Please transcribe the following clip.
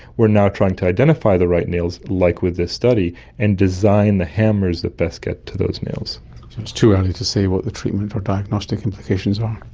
we are now trying to identify the right nails, like with this study, and design the hammers that best get to those nails. so it's too early to say what the treatment or diagnostic implications are.